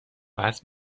اسب